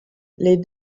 les